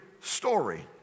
story